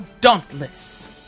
dauntless